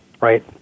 Right